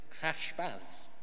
Hashbaz